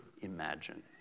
imagine